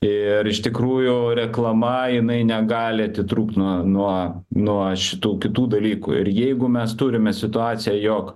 ir iš tikrųjų reklama jinai negali atitrūkt nuo nuo nuo šitų kitų dalykų ir jeigu mes turime situaciją jog